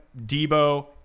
Debo